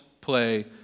play